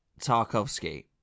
Tarkovsky